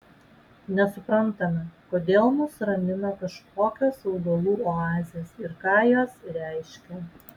nesuprantame kodėl mus ramina kažkokios augalų oazės ir ką jos reiškia